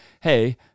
hey